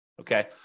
okay